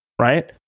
Right